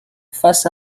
face